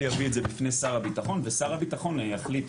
הרמטכ"ל יביא את זה בפני שר הביטחון ושר הביטחון יחליט,